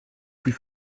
plus